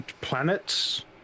Planets